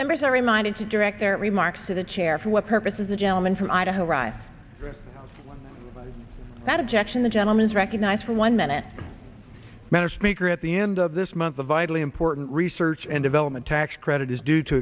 members are reminded to direct their remarks to the chair for what purpose is the gentleman from idaho write that objection the gentleman is recognized for one minute matter speaker at the end of this month the vitally important research and development tax credit is due to